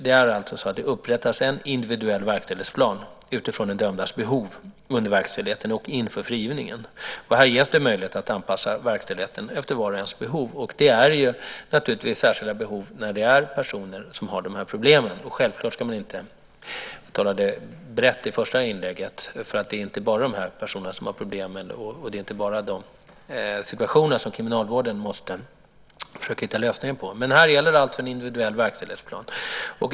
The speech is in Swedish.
Det upprättas en individuell verkställighetsplan utifrån de dömdas behov under verkställigheten och inför frigivningen. Här ges möjligheter att anpassa verkställigheten efter vars och ens behov. Det är naturligtvis särskilda behov för personer med dessa problem. Jag talade brett i mitt första inlägg eftersom det inte bara är dessa personer som har problem och det inte bara är de situationerna som kriminalvården måste hitta lösningar till. Här gäller en individuell verkställighetsplan.